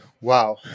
Wow